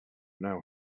know